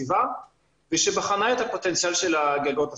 הסביבה שבחנה את הפוטנציאל של הגגות הסולריים.